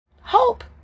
hope